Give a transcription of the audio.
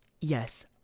yes